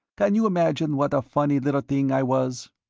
can you imagine what a funny little thing i was?